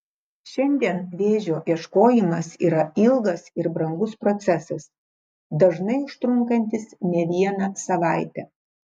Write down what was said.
šiandien vėžio ieškojimas yra ilgas ir brangus procesas dažnai užtrunkantis ne vieną savaitę